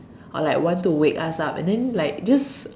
or like want to wake us up and then like just